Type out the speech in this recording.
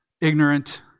ignorant